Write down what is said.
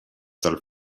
del